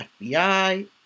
FBI